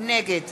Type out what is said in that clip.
נגד